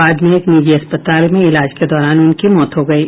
बाद में एक निजी अस्पताल में इलाज के दौरान उनकी मौत हो गयी